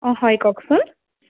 অঁ হয় কওকচোন